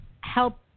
help